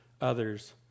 others